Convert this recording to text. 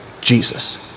Jesus